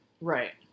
Right